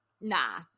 nah